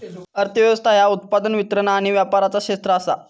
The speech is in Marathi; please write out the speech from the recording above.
अर्थ व्यवस्था ह्या उत्पादन, वितरण आणि व्यापाराचा क्षेत्र आसा